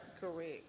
correct